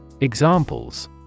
Examples